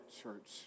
church